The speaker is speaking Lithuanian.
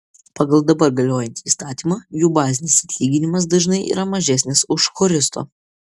pagal dabar galiojantį įstatymą jų bazinis atlyginimas dažnai yra mažesnis už choristo